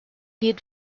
did